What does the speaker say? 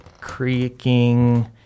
creaking